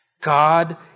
God